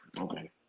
okay